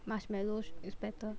marshmellows is better